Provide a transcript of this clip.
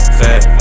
fat